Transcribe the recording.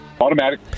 Automatic